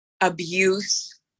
abuse